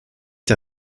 der